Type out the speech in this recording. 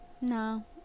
no